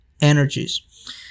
energies